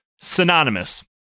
synonymous